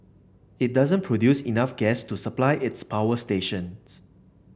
it doesn't produce enough gas to supply its power stations